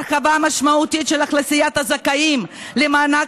הרחבה משמעותית של אוכלוסיית הזכאים למענק